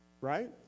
Right